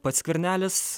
pats skvernelis